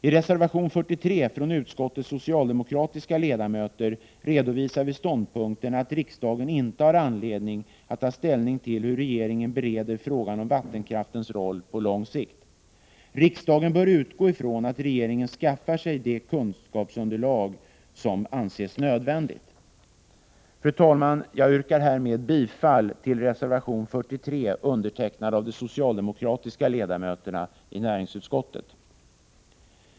I reservation 43 från utskottets socialdemokratiska ledamöter redovisar vi ståndpunkten att riksdagen inte har anledning att ta ställning till hur regeringen bereder frågan om vattenkraftens roll på lång sikt. Riksdagen bör utgå ifrån att regeringen skaffar sig det kunskapsunderlag som anses nödvändigt. Fru talman! Jag yrkar härmed bifall till reservation 43, undertecknad av de socialdemokratiska ledamöterna i utskottet.